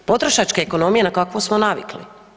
Potrošačka ekonomija na kakvu smo navikli.